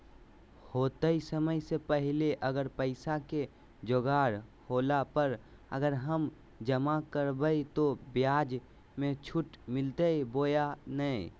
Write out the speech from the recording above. होतय समय से पहले अगर पैसा के जोगाड़ होला पर, अगर हम जमा करबय तो, ब्याज मे छुट मिलते बोया नय?